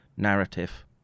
narrative